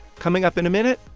coming up in a minute,